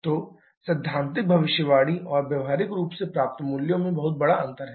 तो सैद्धांतिक भविष्यवाणी और व्यावहारिक रूप से प्राप्त मूल्यों में बहुत बड़ा अंतर है